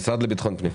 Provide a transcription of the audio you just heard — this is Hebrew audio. המשרד לביטחון פנים.